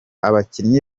abakinnyi